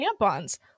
tampons